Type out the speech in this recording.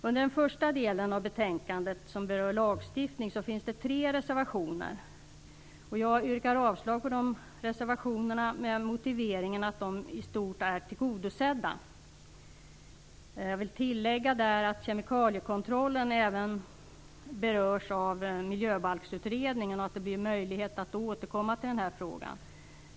Under den första delen av betänkandet, som berör lagstiftning, finns det tre reservationer. Jag yrkar avslag på de reservationerna med motiveringen att de i stort är tillgodosedda. Jag vill tillägga att kemikaliekontrollen även berörs av miljöbalksutredningen och att det blir möjligt att återkomma till denna fråga.